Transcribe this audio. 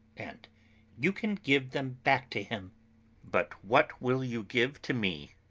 and you can give them back to him but what will you give to me?